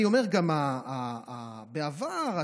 בעבר,